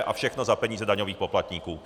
A všechno za peníze daňových poplatníků.